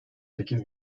sekiz